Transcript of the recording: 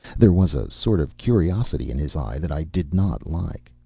there was a sort of curiosity in his eye that i did not like.